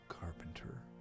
Carpenter